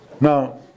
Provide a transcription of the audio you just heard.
Now